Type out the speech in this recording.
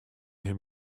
him